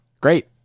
Great